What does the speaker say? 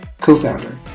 co-founder